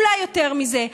אולי יותר מזה,